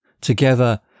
Together